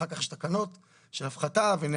אחר כך יש תקנות של הפחתה ונהלים.